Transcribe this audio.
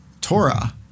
Torah